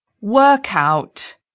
Workout